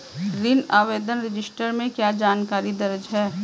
ऋण आवेदन रजिस्टर में क्या जानकारी दर्ज है?